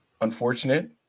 Unfortunate